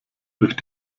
durch